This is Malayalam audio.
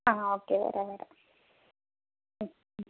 ആ ഓക്കെ വരാം വരാം ഉം ഉം